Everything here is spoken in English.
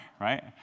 right